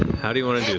how do you want to